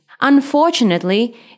Unfortunately